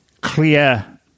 clear